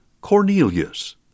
Cornelius